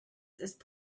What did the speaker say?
ist